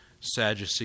Sadducee